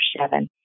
seven